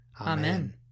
Amen